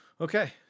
Okay